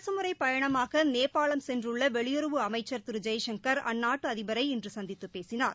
அரசுமுறைப் பயணமாக நேபாளம் சென்றுள்ள வெளியுறவு அமைச்சர் திரு ஜெய்சங்கர் அந்நாட்டு அதிபரை இன்று சந்தித்து பேசினார்